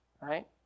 Right